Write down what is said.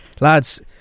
lads